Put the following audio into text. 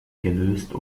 gelöst